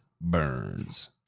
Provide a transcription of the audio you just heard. Burns